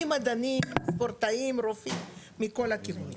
ממדענים, ספורטאים, רופאים, מכל הכיוונים.